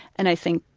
and i think,